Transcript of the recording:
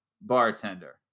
bartender